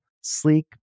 sleek